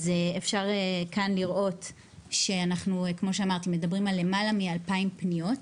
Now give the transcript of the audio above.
אפשר כאן לראות שאנחנו מדברים על למעלה מ-2,000 פניות,